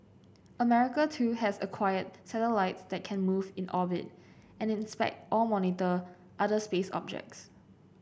America too has acquired satellite that can move in orbit and inspect or monitor other space objects